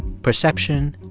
perception,